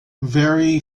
very